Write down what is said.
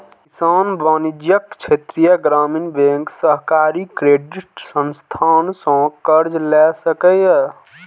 किसान वाणिज्यिक, क्षेत्रीय ग्रामीण बैंक, सहकारी क्रेडिट संस्थान सं कर्ज लए सकैए